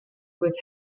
with